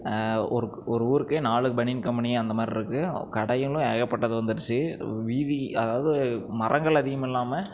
ஒரு ஒரு ஊருக்கே நாலு பனியன் கம்பெனி அந்த மாதிரி இருக்குது கடைகளும் ஏகப்பட்ட வந்திருச்சு வீதி அதாவது மரங்கள் அதிகம் இல்லாமல்